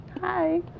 Hi